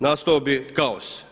Nastao bi kaos.